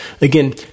Again